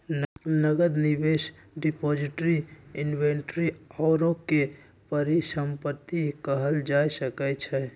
नकद, निवेश, depository, inventory आउरो के परिसंपत्ति कहल जा सकइ छइ